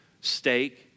steak